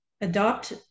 adopt